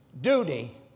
duty